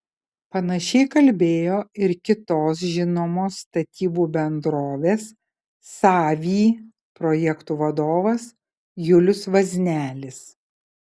panašiai kalbėjo ir kitos žinomos statybų bendrovės savy projektų vadovas julius vaznelis